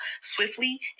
swiftly